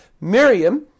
Miriam